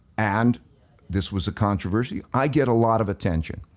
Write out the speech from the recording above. and this was a controversy, i get a lot of attention.